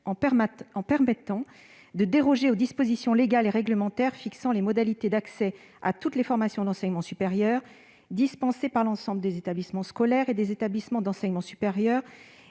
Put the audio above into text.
Il permet de déroger aux dispositions légales et réglementaires fixant les modalités d'accès à toutes les formations d'enseignement supérieur dispensées par l'ensemble des établissements scolaires et des établissements d'enseignement supérieur